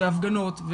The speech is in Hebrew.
הפגנות,